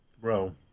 Bro